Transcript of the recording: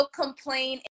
complain